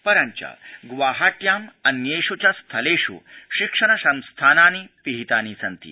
परञ्च ग्वाहाट्याम् अन्येष् च स्थलेष् शिक्षण संस्थानानि पिहितानि सन्ति